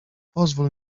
pozwól